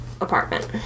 apartment